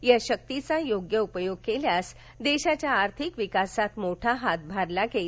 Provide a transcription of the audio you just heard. या शक्तीचा योग्य उपयोग केल्यास देशाच्या आर्थिक विकासात मोठा हातभार लागेल